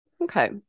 Okay